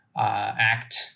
act